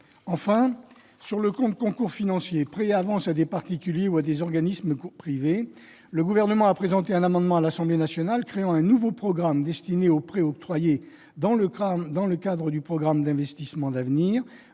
S'agissant du compte de concours financiers « Prêts et avances à des particuliers ou à des organismes privés », le Gouvernement a présenté un amendement à l'Assemblée nationale créant un nouveau programme destiné aux prêts octroyés dans le cadre du programme d'investissements d'avenir